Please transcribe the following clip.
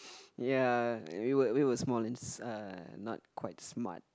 ya we were we were small and eh not quite smart